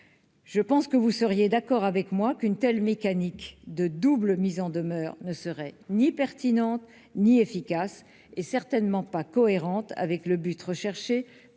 je pense que vous seriez d'accord avec moi qu'une telle mécanique de double mise en demeure ne serait ni pertinente ni efficace et certainement pas cohérente avec le but recherché